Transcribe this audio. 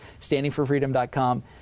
standingforfreedom.com